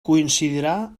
coincidirà